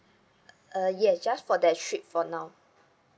uh yeah just for that trip for now